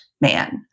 man